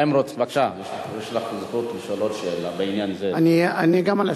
בבקשה, יש לך זכות לשאול עוד שאלה בעניין זה.